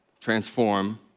transform